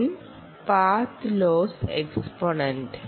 N path loss exponent